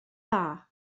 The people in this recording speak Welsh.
dda